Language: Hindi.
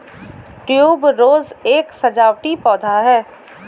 ट्यूबरोज एक सजावटी पौधा है